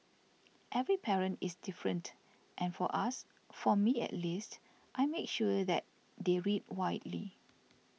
every parent is different and for us for me at least I make sure that they read widely